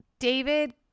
David